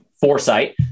foresight